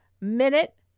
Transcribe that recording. minute